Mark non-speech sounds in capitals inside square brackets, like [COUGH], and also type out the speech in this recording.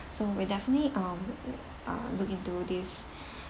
so we'll definitely um uh look into this [BREATH]